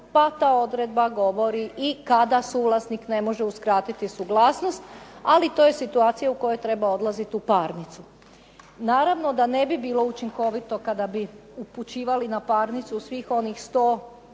Pa ta odredba govori i kada suvlasnik ne može uskratiti suglasnost, ali to je situacija koja treba odlaziti u parnicu. Naravno da ne bi bilo učinkovito kada bi upućivali na parnicu svih onih 100